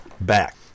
back